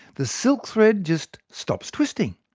the silk thread just stops twisting.